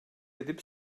edip